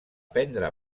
prendre